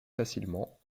facilement